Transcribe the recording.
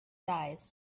guys